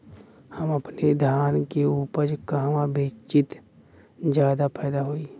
हम अपने धान के उपज कहवा बेंचि त ज्यादा फैदा होई?